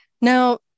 Now